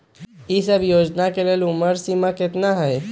ई सब योजना के लेल उमर के सीमा केतना हई?